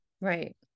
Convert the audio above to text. right